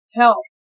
help